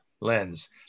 lens